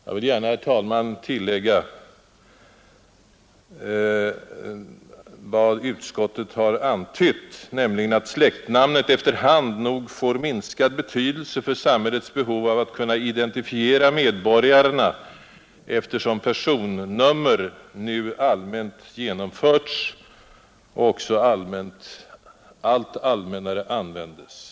Jag vill gärna, herr talman, tillägga vad utskottet har antytt, nämligen att släktnamnet efterhand nog får minskad betydelse för samhällets behov av att kunna identifiera medborgarna, eftersom personnummer nu allmänt genomförts och också allt allmännare användes.